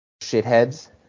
shitheads